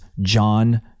John